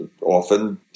often